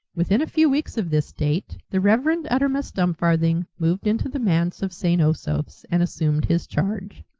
within a few weeks of this date the reverend uttermust dumfarthing moved into the manse of st. osoph's and assumed his charge.